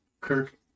Kirk